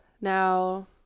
Now